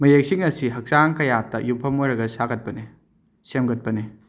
ꯃꯌꯦꯛꯁꯤꯡ ꯑꯁꯤ ꯍꯛꯆꯥꯡ ꯀꯌꯥꯠꯇ ꯌꯨꯝꯐꯝ ꯑꯣꯏꯔꯒ ꯁꯥꯒꯠꯄꯅꯤ ꯁꯦꯝꯒꯠꯄꯅꯤ